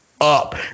up